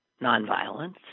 nonviolence